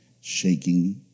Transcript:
shaking